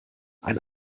ein